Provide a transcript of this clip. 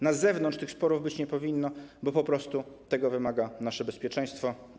Na zewnątrz tych sporów być nie powinno, bo po prostu tego wymaga nasze bezpieczeństwo.